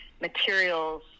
materials